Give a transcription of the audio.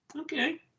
okay